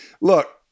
look